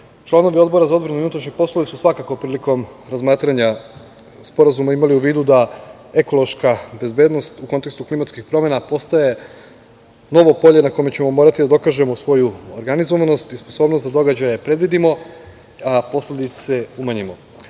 građane. Članovi Odbora za odbranu i unutrašnje poslove su svakako prilikom razmatranja sporazuma imali u vidu da ekološka bezbednost u kontekstu klimatskih promena postaje novo polje na kojem ćemo morati da dokažemo organizovanost i sposobnost da događaje predvidimo, a posledice umanjimo. Takođe,